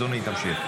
אדוני, תמשיך.